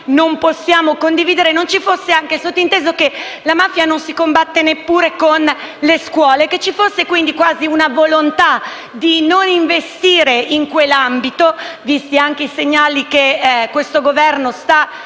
non ci fosse anche il sottointeso che la mafia non si combatte neppure con le scuole e che ci fosse quindi quasi una volontà di non investire in quell'ambito, visti anche i segnali che questo Governo sta